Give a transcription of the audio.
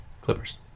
Clippers